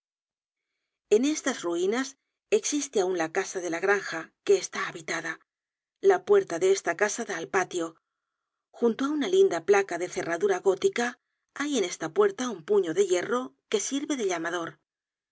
en estas ruinas existe aun la casa de la granja que está habitada la puerta de esta casa da al patio junto á una linda placa de cerradura gótica hay en esta puerta un puño de hierro que sirve de llamador en